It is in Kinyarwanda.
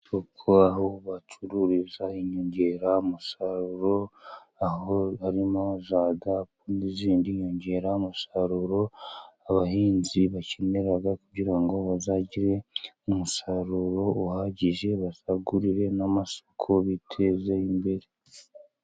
Inyubako aho bacururiza inyongeramusaruro, aho harimo za dapu n'izindi nyongeramusaruro abahinzi bakenera, kugira ngo bazagire umusaruro uhagije. basagurire n'amasoko biteze imbere.